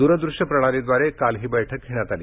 द्रदृश्य प्रणालीद्वारे काल ही बैठक घेण्यात आली